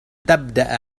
تبدأ